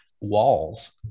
walls